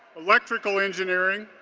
electrical engineering,